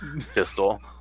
pistol